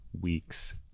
weeks